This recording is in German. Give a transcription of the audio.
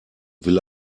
will